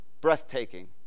breathtaking